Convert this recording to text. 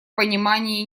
понимании